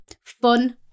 fun